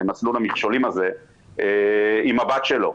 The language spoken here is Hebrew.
למסלול המכשולים הזה עם הבת שלו.